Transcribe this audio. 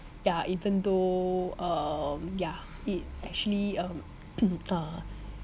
ya even though um ya it actually um uh